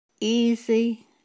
easy